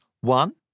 One